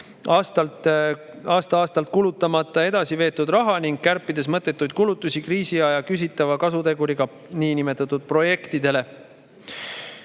aastast aastasse kulutamata edasiveetud raha ning kärpides mõttetuid kulutusi kriisiaja küsitava kasuteguriga niinimetatud projektidele.